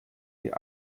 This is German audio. die